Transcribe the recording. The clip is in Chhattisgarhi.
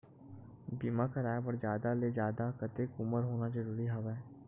बीमा कराय बर जादा ले जादा कतेक उमर होना जरूरी हवय?